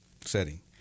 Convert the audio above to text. setting